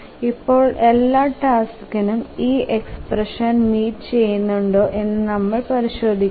ഇപ്പോൾ എല്ലാ ടാസ്കിനും ഈ എക്സ്പ്രഷ്ൻ മീറ്റ് ചെയ്യുന്നുണ്ടോ എന്നു നമ്മൾ പരിശോദിക്കുന്നു